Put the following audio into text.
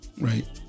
right